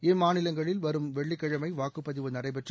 இம் மாநிலங்களில் வரும் வெள்ளிக்கிழமை வாக்குப் பதிவு நடைபெற்று